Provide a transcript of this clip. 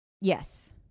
Yes